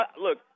Look